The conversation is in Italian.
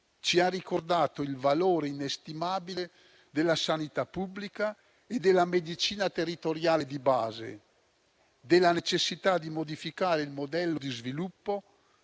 ci ha ricordato il valore inestimabile della sanità pubblica e della medicina territoriale di base, della necessità di modificare il modello di sviluppo